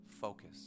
focus